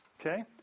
Okay